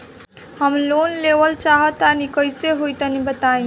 हम लोन लेवल चाह तनि कइसे होई तानि बताईं?